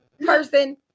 person